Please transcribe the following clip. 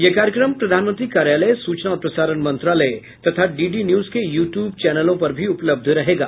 यह कार्यक्रम प्रधानमंत्री कार्यालय सूचना और प्रसारण मंत्रालय तथा डीडी न्यूज के यू ट्यूब चैनलों पर भी उपलब्ध रहेगा